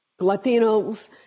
Latinos